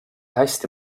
hästi